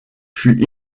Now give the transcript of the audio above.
fut